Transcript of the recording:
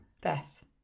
Death